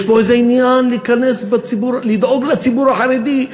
יש פה איזה עניין לדאוג לציבור החרדי.